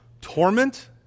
torment